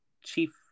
chief